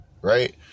right